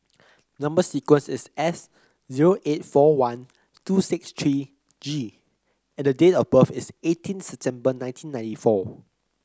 number sequence is S zero eight four one two six three G and the date of birth is eighteen September nineteen ninety four